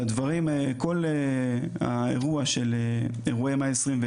שהדברים כל האירוע של אירועי מאי 2021,